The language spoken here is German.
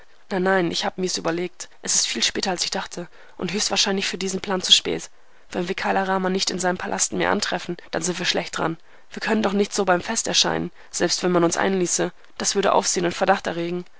nein nein ich habe mir's überlegt es ist viel später als ich dachte und höchst wahrscheinlich für diesen plan zu spät wenn wir kala rama nicht in seinem palast mehr antreffen dann sind wir schlecht daran wir können doch nicht so beim fest erscheinen selbst wenn man uns einließe das würde aufsehen und verdacht erregen